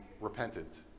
repentant